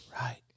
Right